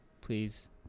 please